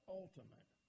ultimate